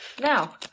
Now